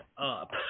up